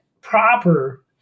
proper